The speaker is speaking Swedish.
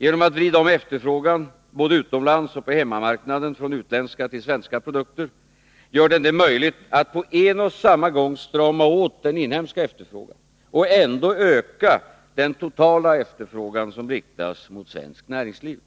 Genom att vrida om efterfrågan, både utomlands och på hemmamarknaden, från utländska till svenska produkter gör den det möjligt att på en och samma gång strama åt den inhemska efterfrågan och ändå öka den totala efterfrågan som riktas mot svenskt näringsliv.